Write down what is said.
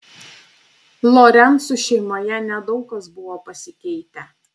lorencų šeimoje nedaug kas buvo pasikeitę